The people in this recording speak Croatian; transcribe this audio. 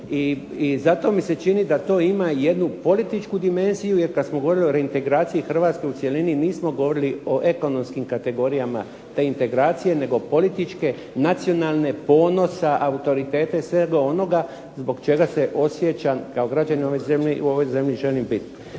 i zato mi se čini da to ima jednu političku dimenziju jer kad smo govorili o reintegraciji Hrvatske u cjelini nismo govorili o ekonomskim kategorijama te integracije nego političke, nacionalne, ponosa, autoriteta i svega onoga zbog čega se osjećam kao građanin ove zemlje i